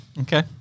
Okay